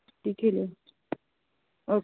दिक्खी लेओ ओ